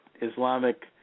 Islamic